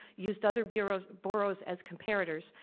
used other boroughs boroughs as comparators,